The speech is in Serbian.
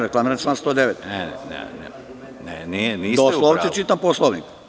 Reklamiram član 109, doslovce čitam Poslovnik.